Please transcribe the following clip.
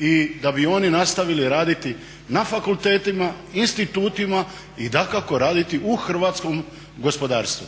i da bi oni nastavili raditi na fakultetima, institutima i dakako raditi u hrvatskom gospodarstvu.